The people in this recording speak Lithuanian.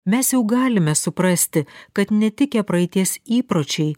mes jau galime suprasti kad netikę praeities įpročiai